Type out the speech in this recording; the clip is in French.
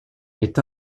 est